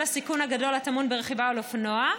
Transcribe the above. הסיכון הגדול הטמון ברכיבה על אופנוע.